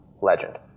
Legend